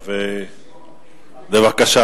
בבקשה,